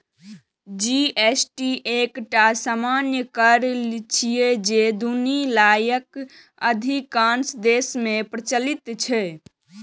GST एकटा सामान्य कर छियै, जे दुनियाक अधिकांश देश मे प्रचलित छै